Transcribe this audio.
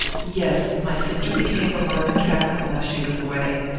yes. my sister became a roman catholic while she was away.